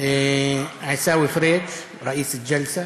עיסאווי פריג', ראיס אל-ג'לסה,